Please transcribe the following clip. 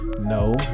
no